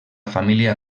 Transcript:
família